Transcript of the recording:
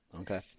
Okay